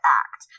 act